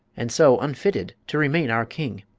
and so unfitted to remain our king.